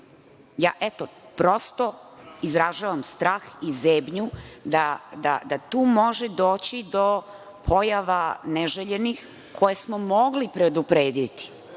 ja prosto izražavam strah i zebnju da tu može doći do pojava neželjenih koje smo mogli preduprediti,